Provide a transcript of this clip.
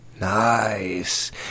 Nice